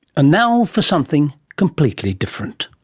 now for something completely different.